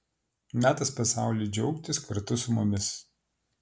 metas pasauliui džiaugtis kartu su mumis